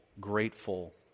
grateful